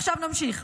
עכשיו נמשיך.